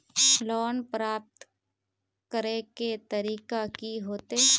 Loan प्राप्त करे के तरीका की होते?